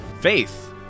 Faith